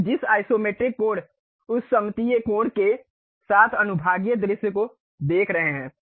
हम जिस आइसोमेट्रिक कोण उस सममितीय कोण के साथ अनुभागीय दृश्य को देख रहे हैं